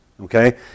Okay